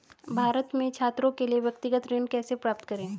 भारत में छात्रों के लिए व्यक्तिगत ऋण कैसे प्राप्त करें?